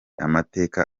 amateka